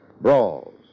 brawls